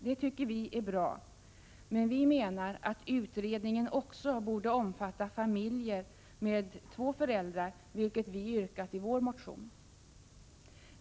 Det tycker vi är bra, men vi menar att utredningen också borde omfatta familjer med två föräldrar vilket vi yrkat i motion Sf345.